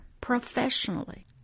professionally